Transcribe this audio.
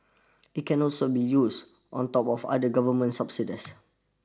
it can also be used on top of other government subsidies